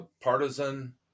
partisan